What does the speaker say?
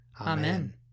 Amen